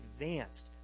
advanced